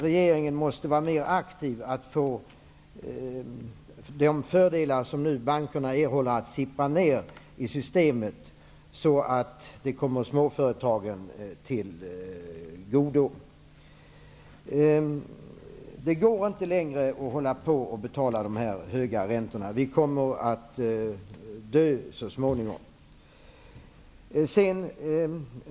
Regeringen måste vara mer aktiv för att få de fördelar som bankerna nu erhåller att sippra ned i systemet, för att komma småföretagen till godo. Det går inte längre att fortsätta med att betala dessa höga räntor. De små och medelstora företagen kommer så småningom att dö ut.